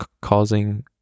causing